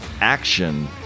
Action